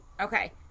Okay